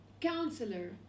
Counselor